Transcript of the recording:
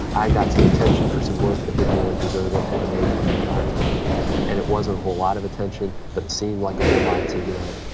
i got some attention for some work that didn't really deserve it at an age when i had a hard time handling it. and it wasn't a whole lot of attention, but it seemed like a whole lot to, you know,